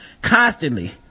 constantly